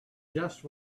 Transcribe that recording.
just